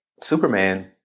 Superman